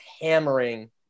hammering